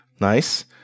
Nice